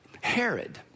Herod